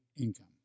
income